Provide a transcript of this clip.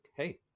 Hey